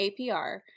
APR